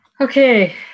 okay